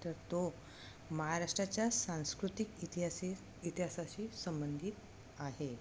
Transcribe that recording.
तर तो महाराष्ट्राच्या सांस्कृतिक इतिहास इतिहासाशी संबंधित आहे